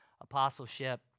apostleship